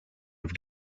have